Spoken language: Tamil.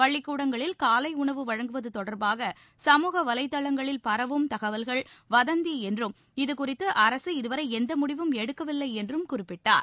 பள்ளிக்கூடங்களில் காலை உணவு வழங்குவது தொடர்பாக சமூக வலைதளங்களில் பரவும் தகவல்கள் வதந்தி என்றும் இதுகுறித்து அரசு இதுவரை எந்த முடிவும் எடுக்கவில்லை என்றும் குறிப்பிட்டார்